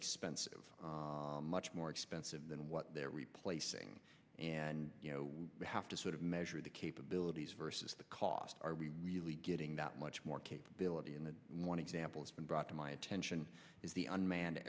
expensive much more expensive than what they're replacing and you know we have to sort of measure the capabilities versus the cost are we really getting that much more capability in the one example it's been brought to my attention is the unmanned